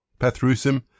Pathrusim